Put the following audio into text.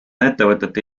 ettevõtete